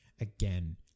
again